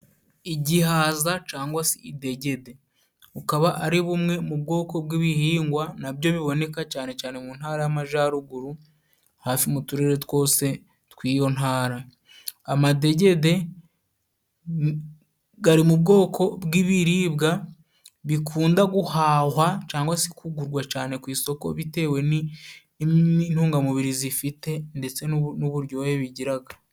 Igihaza cyangwa se idejyede ukaba ari bumwe mu bwoko bw'ibihingwa nabyo biboneka cyane cyane mu ntara y'amajyaruguru hafi mu turere twose twiyo ntara. Amadejyede ari mu bwoko bw'ibiribwa bikunda guhahwa cyangwa se kugurwa cyane ku isoko bitewe n'intungamubiri zifite ndetse n'uburyohe bigira.